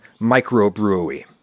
microbrewery